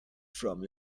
from